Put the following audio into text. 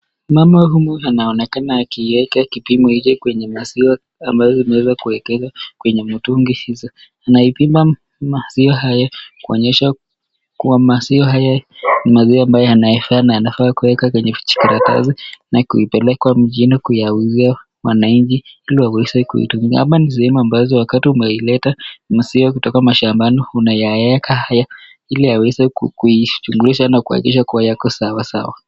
Mama huyu anaonekana akiweka kipimo kipiml hiki kwenye maziwa ambayo imeeza kuwekezwa kwenye mitungi hizo, anaipima maziwa haya, kuonyesha maziwa haya ni maziwa ambayo yanaayofaa na yanafaa kuwekwa kwenye makaratasi, iweze kupelekwa mjini kuyauzia ili waeze kuitumia, hapa ni sehemu ambazo wakati umeileta maziwa kutoka mashambani, unayaela haya ili yaweze kujuishwa na yaweze kuwa sawasawa.